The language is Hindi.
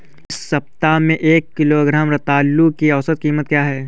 इस सप्ताह में एक किलोग्राम रतालू की औसत कीमत क्या है?